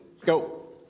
go